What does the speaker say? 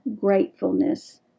gratefulness